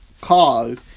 cause